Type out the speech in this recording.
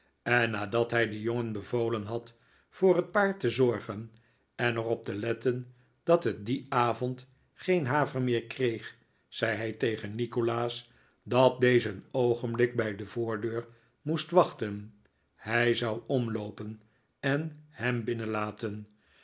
en nadat hij den jongen bevolen had voor het paard te zorgen en er op te letteh dat het dien avond geen haver meer kreeg zei hij tegen nikolaas dat deze een oogenblik bij de voordeur moest wachten hij zou omloopen en hem binnenlaten